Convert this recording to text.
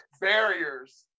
barriers